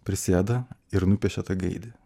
prisėda ir nupiešia tą gaidį